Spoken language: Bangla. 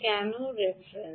কেন রেফারেন্স